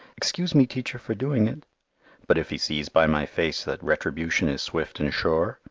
excuse me, teacher, for doing it but if he sees by my face that retribution is swift and sure,